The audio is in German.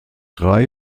ray